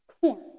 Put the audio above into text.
corn